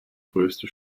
größte